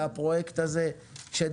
גם לגבי הפרויקט שדעך.